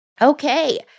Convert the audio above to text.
Okay